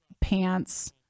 pants